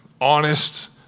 honest